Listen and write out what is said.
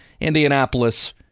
Indianapolis